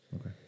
Okay